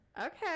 okay